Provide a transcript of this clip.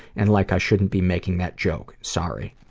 and like i shouldn't be making that joke. sorry.